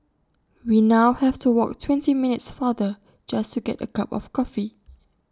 we now have to walk twenty minutes farther just to get A cup of coffee